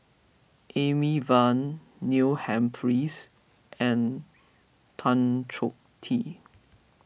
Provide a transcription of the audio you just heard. Amy Van Neil Humphreys and Tan Choh Tee